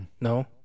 No